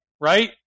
right